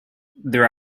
their